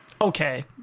Okay